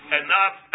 enough